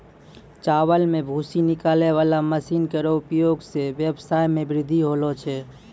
चावल सें भूसी निकालै वाला मसीन केरो उपयोग सें ब्यबसाय म बृद्धि होलो छै